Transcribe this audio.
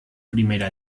primera